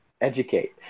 educate